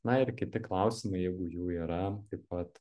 na ir kiti klausimai jeigu jų yra taip pat